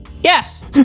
Yes